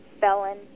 felon